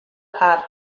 har